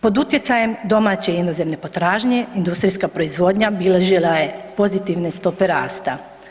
Pod utjecajem domaće i inozemne potražnje, industrijska proizvodnja bilježila je pozitivne stope rasta.